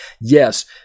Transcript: yes